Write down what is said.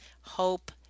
hope